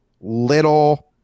little